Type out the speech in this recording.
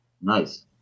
Nice